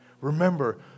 Remember